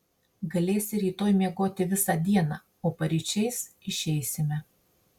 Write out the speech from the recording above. galėsi rytoj miegoti visą dieną o paryčiais išeisime